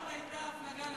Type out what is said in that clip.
כמה שעות הייתה ההפלגה לעזה, ?